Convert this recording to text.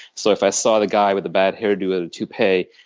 so if i saw the guy with the bad hairdo had a toupee,